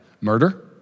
Murder